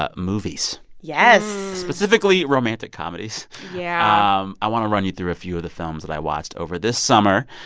ah movies yes specifically romantic comedies yeah um i want to run you through a few the films that i watched over this summer.